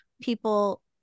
people